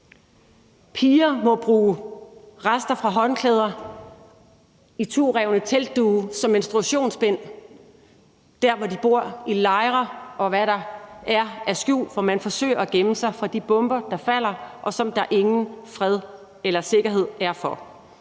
Piger må bruge rester fra håndklæder og iturevne teltduge som menstruationsbind der, hvor de bor, som f.eks er lejre, og hvor man kan finde skjul, for man forsøger at gemme sig fra de bomber, der falder, og som der ingen fred og sikkerhed er for.